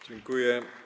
Dziękuję.